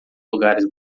lugares